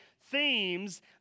themes